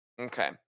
Okay